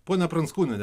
poną pranckūniene